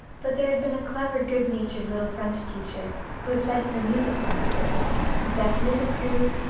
but there had been a clever, good-natured little french teacher who had said to the music-master zat leetle crewe.